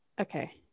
okay